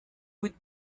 would